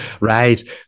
Right